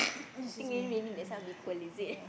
I think maybe raining that's why a bit cold is it